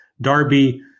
Darby